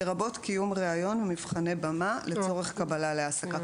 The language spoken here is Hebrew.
לרבות קיום ריאיון ומבחני במה לצורך קבלה להעסקה.